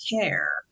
care